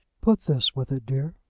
put this with it, dear.